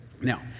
now